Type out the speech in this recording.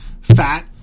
fat